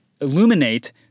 illuminate